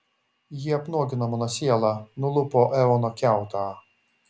ji apnuogino mano sielą nulupo eono kiautą